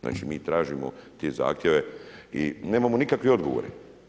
Znači mi tražimo te zahtjeve i nemamo nikakve odgovore.